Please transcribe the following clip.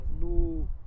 no